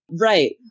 Right